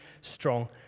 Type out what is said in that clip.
strong